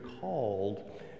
called